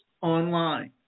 online